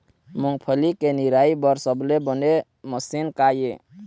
मूंगफली के निराई बर सबले बने मशीन का ये?